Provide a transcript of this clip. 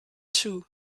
too